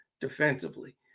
defensively